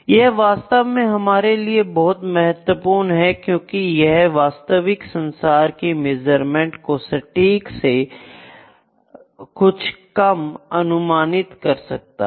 यह वास्तव में हमारे लिए बहुत महत्वपूर्ण है क्योंकि यह वास्तविक संसार की मेजरमेंट को सटीक से कुछ कम अनुमानित कर सकता है